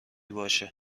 باشه